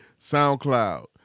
SoundCloud